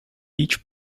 each